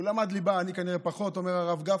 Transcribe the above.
הוא למד ליבה, אני כנראה פחות, איך אומר הרב גפני: